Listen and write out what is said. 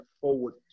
forward